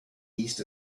east